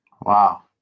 Wow